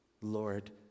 Lord